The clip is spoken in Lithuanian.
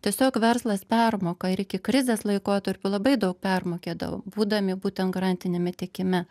tiesiog verslas permoka ir iki krizės laikotarpio labai daug permokėdavo būdami būtent garantiniame tiekime